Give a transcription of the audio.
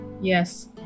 Yes